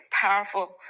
powerful